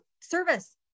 service